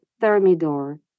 thermidor